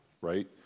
right